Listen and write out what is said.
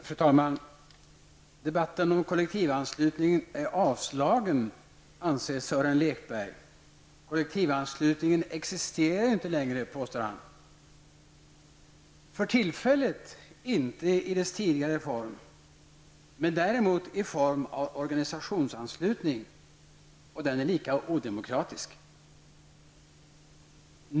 Fru talman! Debatten om kollektivanslutningen är avslagen, anser Sören Lekberg. Kollektivanslutningen existerar inte längre, påstår han. För tillfället existerar den inte i dess tidigare form, däremot i form av organisationsanslutning och den är lika odemokratisk.